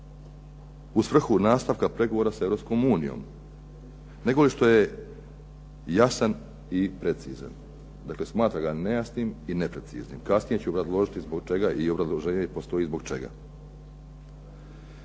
u svrhu nastavka pregovora sa Europskom unijom, nego što je jasan i precizan, dakle smatra ga nejasnim i nepreciznim. Kasnije ću obrazložiti zbog čega i obrazloženje postoji zbog čega.